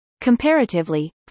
Comparatively